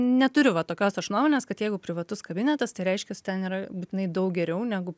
neturiu va tokios aš nuomonės kad jeigu privatus kabinetas tai reiškias ten yra būtinai daug geriau negu